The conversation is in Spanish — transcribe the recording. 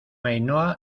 ainhoa